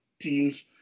teams